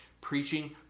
preaching